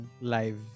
live